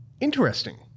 Interesting